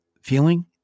feeling